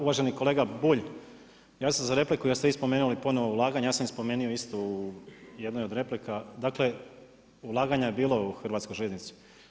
Uvaženi kolega Bulj, javio sam se za repliku jer ste vi spomenuli ponovno ulaganje, ja sam ih spomenuo isto jednoj od replika, dakle ulaganja je bilo u hrvatsku željeznicu.